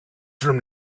from